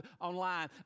online